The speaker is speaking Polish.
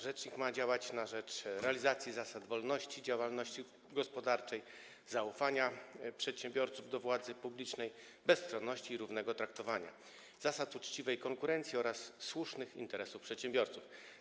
Rzecznik ma działać na rzecz realizacji zasad: wolności działalności gospodarczej, zaufania przedsiębiorców do władzy publicznej, bezstronności i równego traktowania, uczciwej konkurencji oraz słusznych interesów przedsiębiorców.